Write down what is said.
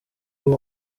uwo